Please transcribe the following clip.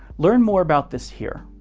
learn more about this here.